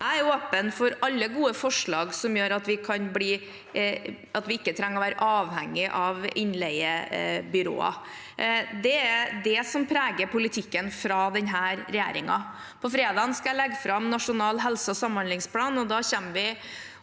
Jeg er åpen for alle gode forslag som gjør at vi ikke trenger å være avhengig av innleiebyråer. Det er det som preger politikken til denne regjeringen. På fredag skal jeg legge fram Nasjonal helse- og samhandlingsplan.